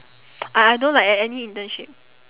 I I don't like at any internship